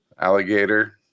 Alligator